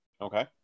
Okay